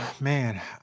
Man